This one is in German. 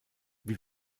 wie